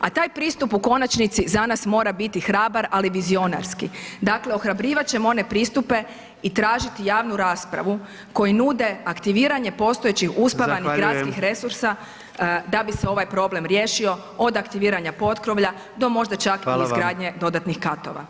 A taj pristup u konačnici za nas mora biti hrabar ali vizionarski, dakle ohrabrivat ćemo one pristupe i tražiti javnu raspravu koji nude aktiviranje postojećih uspavanih gradskih [[Upadica: Zahvaljujem.]] resursa da bi se ovaj problem riješio od aktiviranja potkrovlja do možda čak i izgradnje dodatnih katova.